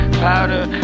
powder